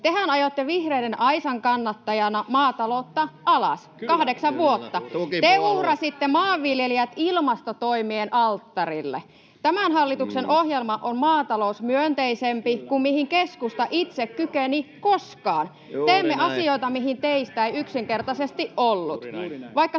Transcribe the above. Tehän ajoitte vihreiden aisankannattajana maataloutta alas kahdeksan vuotta. [Keskustan ryhmästä: Mitä te teette?] Te uhrasitte maanviljelijät ilmastotoimien alttarille. Tämän hallituksen ohjelma on maatalousmyönteisempi kuin mihin keskusta itse kykeni koskaan. Teemme asioita, mihin teistä ei yksinkertaisesti ollut.